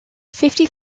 fifty